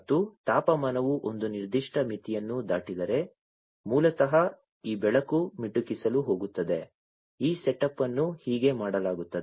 ಮತ್ತು ತಾಪಮಾನವು ಒಂದು ನಿರ್ದಿಷ್ಟ ಮಿತಿಯನ್ನು ದಾಟಿದರೆ ಮೂಲತಃ ಈ ಬೆಳಕು ಮಿಟುಕಿಸಲು ಹೋಗುತ್ತದೆ ಈ ಸೆಟಪ್ ಅನ್ನು ಹೀಗೆ ಮಾಡಲಾಗುತ್ತದೆ